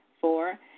Four